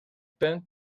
pain